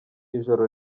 ijoro